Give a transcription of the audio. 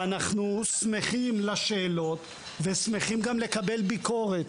אנחנו שמחים לשאלות ושמחים גם לקבל ביקורת.